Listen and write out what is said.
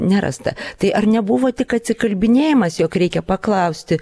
nerasta tai ar nebuvo tik atsikalbinėjimas jog reikia paklausti